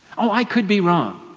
oh, i could be wrong.